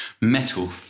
Metal